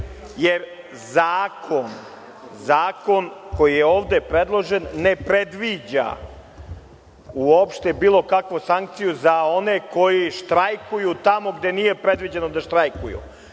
jer zakon koji je ovde predložen ne predviđa uopšte bilo kakvu sankciju za one koji štrajkuju tamo gde nije predviđeno da štrajkuju. Ponavljam,